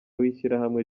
w’ishyirahamwe